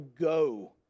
go